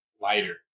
lighter